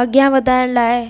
अॻियां वधाइण लाइ